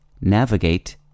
navigate